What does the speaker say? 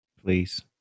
Please